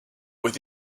with